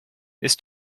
ist